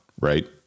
Right